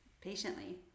patiently